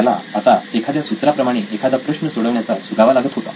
त्याला आता एखाद्या सूत्राप्रमाणे एखादा प्रश्न सोडवण्याचा सुगावा लागत होता